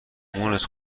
مونس